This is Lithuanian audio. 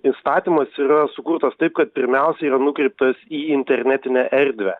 įstatymas yra sukurtas taip kad pirmiausia yra nukreiptas į internetinę erdvę